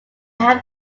have